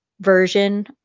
version